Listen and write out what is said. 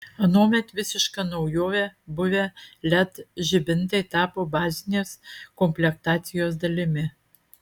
anuomet visiška naujove buvę led žibintai tapo bazinės komplektacijos dalimi